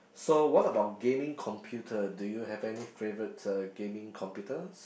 so what about gaming computer do you have any favourite uh gaming computers